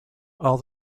are